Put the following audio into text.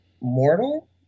mortal